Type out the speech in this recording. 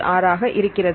36 ஆக இருக்கிறது